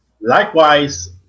Likewise